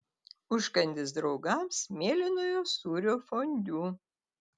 užkandis draugams mėlynojo sūrio fondiu